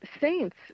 saints